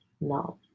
No